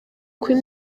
kuba